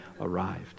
arrived